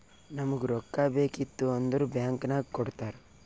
ನಮುಗ್ ರೊಕ್ಕಾ ಬೇಕಿತ್ತು ಅಂದುರ್ ಬ್ಯಾಂಕ್ ನಾಗ್ ಕೊಡ್ತಾರ್